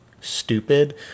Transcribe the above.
Stupid